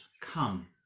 come